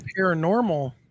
paranormal